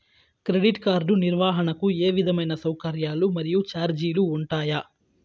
Credit card నిర్వహణకు ఏ విధమైన సౌకర్యాలు మరియు చార్జీలు ఉంటాయా?